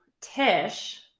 Tish